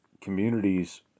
communities